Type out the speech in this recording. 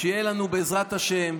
שיהיו לנו, בעזרת השם,